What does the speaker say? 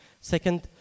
Second